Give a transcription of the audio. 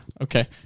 okay